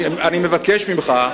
אני מבקש ממך,